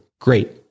great